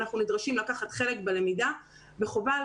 אנחנו נדרשים לקחת חלק בלמידה וחובה על